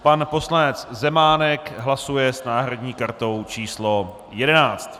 Pan poslanec Zemánek hlasuje s náhradní kartou číslo 11.